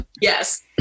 Yes